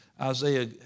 Isaiah